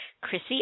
Chrissy